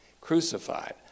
Crucified